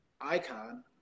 Icon